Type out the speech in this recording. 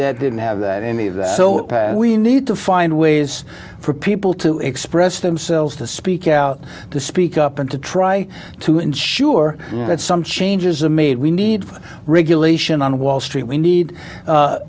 they didn't have any of that so we need to find ways for people to express themselves to speak out to speak up and to try to ensure that some changes are made we need for regulation on wall street we need